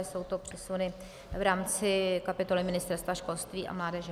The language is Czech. Jsou to přesuny v rámci kapitoly Ministerstva školství a mládeže.